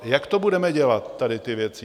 Jak to budeme dělat, tady ty věci?